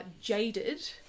jaded